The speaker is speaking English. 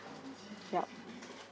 yup